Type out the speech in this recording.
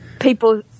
people